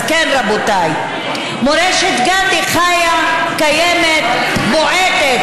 אז כן, רבותיי, מורשת גנדי חיה, קיימת, בועטת.